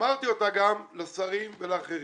אמרתי אותה גם לשרים ולאחרים.